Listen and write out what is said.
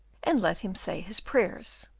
and let him say his prayers.